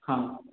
ହଁ